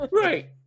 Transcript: Right